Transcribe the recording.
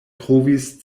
trovis